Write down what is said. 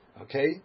Okay